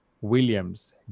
Williams